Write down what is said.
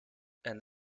and